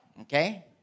Okay